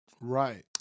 Right